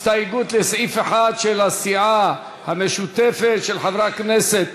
הסתייגות לסעיף 1 של חברי הכנסת